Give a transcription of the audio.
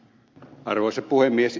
arvoisa puhemies